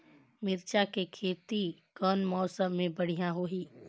मिरचा के खेती कौन मौसम मे बढ़िया होही?